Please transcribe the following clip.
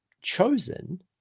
chosen